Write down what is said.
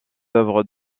œuvres